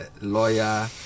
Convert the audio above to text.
lawyer